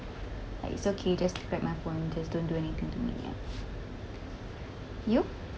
like it's okay just grab my phone just don't do anything to me ya you